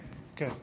כן.